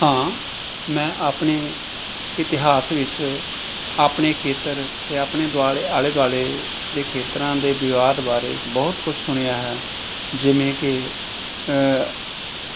ਹਾਂ ਮੈਂ ਆਪਣੇ ਇਤਿਹਾਸ ਵਿੱਚ ਆਪਣੇ ਖੇਤਰ ਅਤੇ ਆਪਣੇ ਦੁਆਲੇ ਆਲੇ ਦੁਆਲੇ ਦੇ ਖੇਤਰਾਂ ਦੇ ਵਿਵਾਦ ਬਾਰੇ ਬਹੁਤ ਕੁਝ ਸੁਣਿਆ ਹੈ ਜਿਵੇਂ ਕਿ